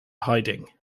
hiding